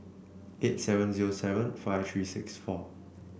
eight seven zero seven five three six four